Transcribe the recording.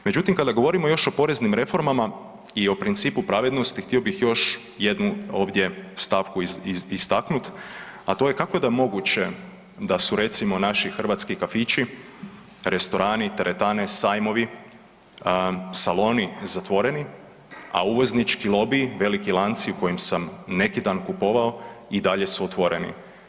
Međutim, kada govorimo još o poreznim reformama i o principu pravednosti htio bih još jednu ovdje stavku istaknut, a to je kako da je moguće da su recimo naši hrvatski kafići, restorani, teretane, sajmovi, saloni zatvoreni, a uvoznički lobi veliki lanci u kojim sam neki dan kupovao i dalje su otvoreni.